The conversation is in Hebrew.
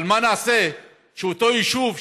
אבל מה נעשה שאותו יישוב,